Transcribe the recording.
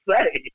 say